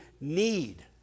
need